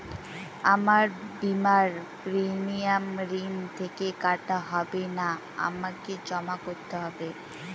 আমার বিমার প্রিমিয়াম ঋণ থেকে কাটা হবে না আমাকে জমা করতে হবে?